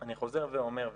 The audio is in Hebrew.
אני חוזר ואומר,